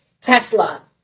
Tesla